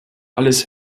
alles